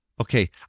okay